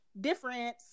Difference